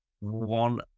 one